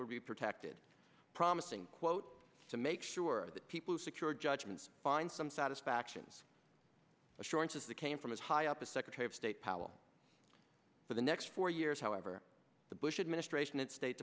would be protected promising quote to make sure that people who secured judgments find some satisfaction assurances that came from as high up as secretary of state powell for the next four years however the bush administration and state